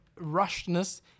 rushness